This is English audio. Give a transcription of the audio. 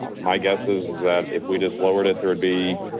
um my guess is that if we just lowered it, there would be